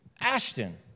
Ashton